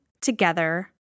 together